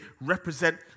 represent